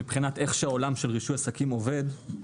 מבחינת איך שהעולם של רישוי עסקים עובד,